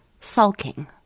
sulking